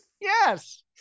Yes